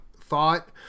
thought